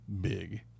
big